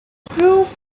proof